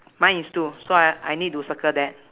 mine is two so I I need to circle that